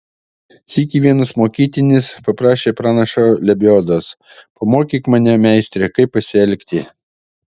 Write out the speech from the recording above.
sykį vienas mokytinis paprašė pranašo lebiodos pamokyk mane meistre kaip pasielgti